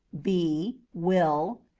b. will.